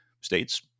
states